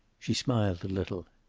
she smiled a little.